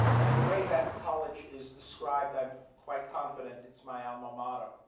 and the way that college is described, i'm quite confident it's my alma mater,